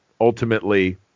ultimately